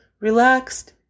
relaxed